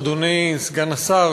אדוני סגן השר,